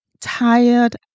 tired